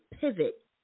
pivot